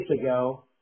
ago